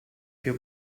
più